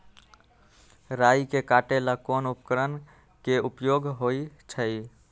राई के काटे ला कोंन उपकरण के उपयोग होइ छई?